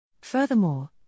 Furthermore